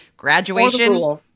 graduation